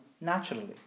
naturally